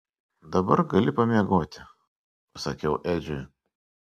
dabar gali pamiegoti pasakiau edžiui